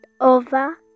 over